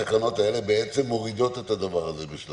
התקנות האלה בעצם מורידות את הדבר הזה בשלב זה.